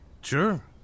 Sure